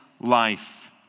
life